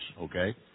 okay